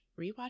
rewatch